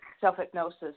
self-hypnosis